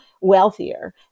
wealthier